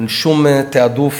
אין שום תעדוף